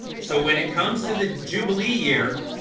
so when it comes to the jubilee year